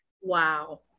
Wow